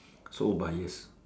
so bias